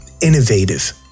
Innovative